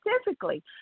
specifically